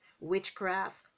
witchcraft